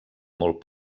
molt